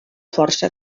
força